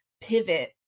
pivot